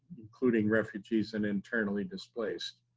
including refugees and internally displaced.